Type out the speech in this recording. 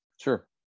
Sure